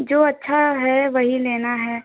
जो अच्छा है वही लेना है